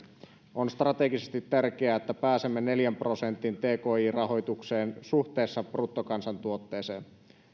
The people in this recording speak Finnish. on strategisesti tärkeää että pääsemme neljän prosentin tki rahoitukseen suhteessa bruttokansantuotteeseen